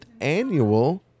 annual